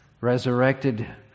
resurrected